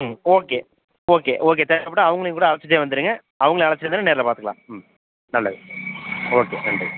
ம் okay okay okay தேவைப்பட்டா அவங்களையும் கூட அழைச்சுட்டே வந்துருங்க அவங்களையும் அழைச்சுட்டு வந்தீங்கன்னால் நேரில் பார்த்துக்கலாம் ம் நல்லது ஓகே நன்றிங்க